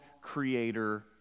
creator